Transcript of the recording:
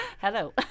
hello